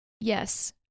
Yes